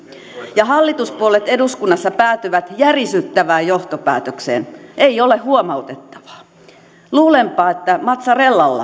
ja hallituspuolueet eduskunnassa päätyvät järisyttävään johtopäätökseen ei ole huomautettavaa luulenpa että mazzarellalla